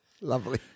Lovely